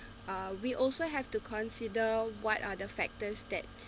uh we also have to consider what other factors that